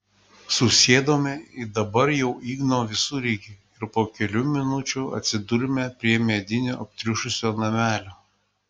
susėdome į dabar jau igno visureigį ir po kelių minučių atsidūrėme prie medinio aptriušusio namelio